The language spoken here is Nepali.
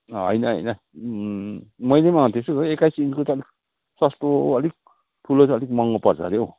होइन होइन मैले त्यस्तो गरेँ एक्कास इन्चको अलिक सस्तो अलिक ठुलो चाहिँ अलिक महँगो पर्छ हरे हौ